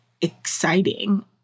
exciting